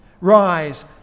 rise